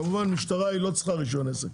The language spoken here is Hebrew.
כמובן שהמשטרה לא צריכה רישיון עסק,